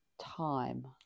time